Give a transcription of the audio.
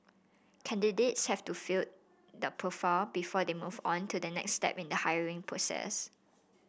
candidates have to fit the profile before they move on to the next step in the hiring process